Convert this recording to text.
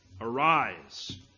Arise